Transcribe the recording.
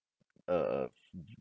a a